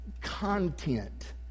content